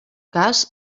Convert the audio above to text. cas